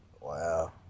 Wow